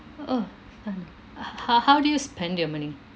oh finally h~ ho~ how do you spend your money